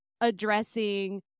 addressing